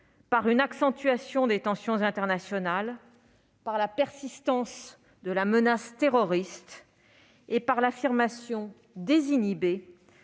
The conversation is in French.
par une accentuation des tensions internationales, par la persistance de la menace terroriste et par l'affirmation désinhibée